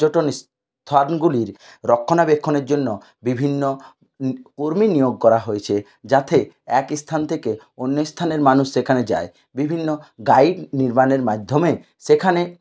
স্থানগুলির রক্ষণাবেক্ষণের জন্য বিভিন্ন কর্মী নিয়োগ করা হয়েছে যাতে এক স্থান থেকে অন্য স্থানের মানুষ সেখানে যায় বিভিন্ন গাইড নির্মাণের মাধ্যমে সেখানে